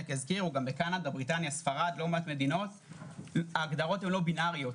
קנדה, בריטניה ספרד ההגדרות הן לא בינריות.